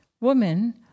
Woman